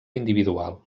individual